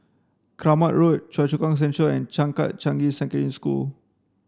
Kramat Road Choa Chu Kang Central and Changkat Changi Secondary School